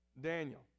Daniel